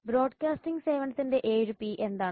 broadcasting സേവനത്തിന്റെ 7 P എന്താണ്